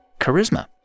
charisma